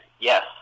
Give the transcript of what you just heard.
yes